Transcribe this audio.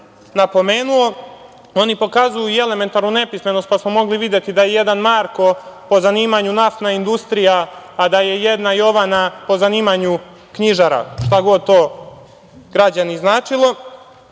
oni pokazuju i elementarnu nepismenost, pa smo mogli videti da je jedan Marko po zanimanju Naftna industrija, a da je jedna Jovana po zanimanju knjižara, šta god to, građani, značilo.